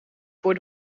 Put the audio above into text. voor